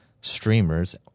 streamers